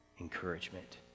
encouragement